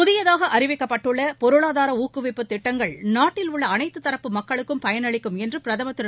புதியதாக அறிவிக்கப்பட்டுள்ள பொருளாதார ஊக்குவிப்பு திட்டங்கள் நாட்டிலுள்ள அனைத்து தரப்பு மக்களுக்கும் பயனளிக்கும் என்று பிரதமர் திரு